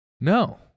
No